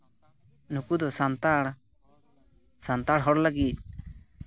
ᱱᱩᱠᱩ ᱫᱚ ᱥᱟᱱᱛᱟᱲ ᱥᱟᱱᱛᱟᱲ ᱦᱚᱲ ᱞᱟᱹᱜᱤᱫ